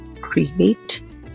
create